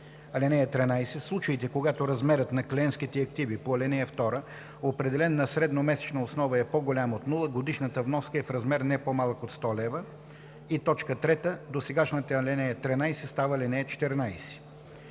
13: „(13) В случаите, когато размерът на клиентските активи по ал. 2, определен на средномесечна основа, е по-голям от нула, годишната вноска е в размер не по-малък от 100 лв.” 3. Досегашната ал. 13 става ал. 14.“